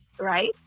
right